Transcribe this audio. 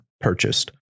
purchased